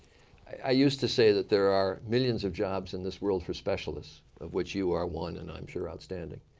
i used to say that there are millions of jobs in this world for specialists, of which you are one and i'm sure outstanding.